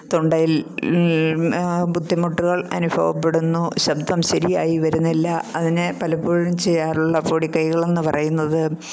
തൊണ്ടയിൽ ബുദ്ധിമുട്ടുകൾ അനുഭവപ്പെടുന്നു ശബ്ദം ശരിയായി വരുന്നില്ല അതിന് പലപ്പോഴും ചെയ്യാറുള്ള പൊടിക്കൈകളെന്ന് പറയുന്നത്